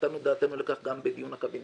נתנו את דעתנו לכך גם בדיון בקבינט.